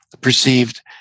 perceived